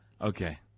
Okay